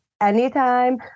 Anytime